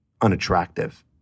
unattractive